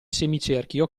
semicerchio